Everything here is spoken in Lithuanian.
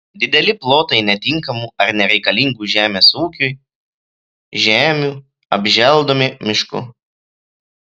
dideli plotai netinkamų ar nereikalingų žemės ūkiui žemių apželdomi mišku